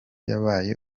yabaye